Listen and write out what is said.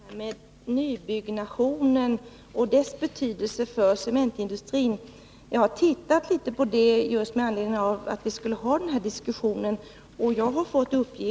Fru talman! Får jag bara något kommentera det här med nybyggnationen och dess betydelse för cementindustrin. Jag har sett litet på det med anledning av att vi skulle ha denna diskussion.